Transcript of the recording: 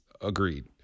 agreed